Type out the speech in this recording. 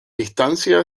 distancia